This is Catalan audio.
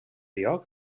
lloc